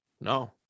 No